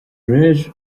réir